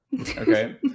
Okay